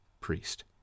priest